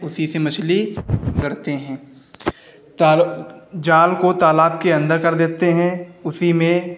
उसी से मछली पकड़ते हैं तब जाल को तालाब के अंदर कर देते हैं उसी में